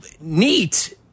neat